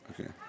okay